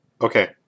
Okay